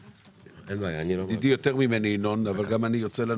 כי ידידי יותר ממני ינון אבל גם אני יוצא לנו